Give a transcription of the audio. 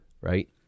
right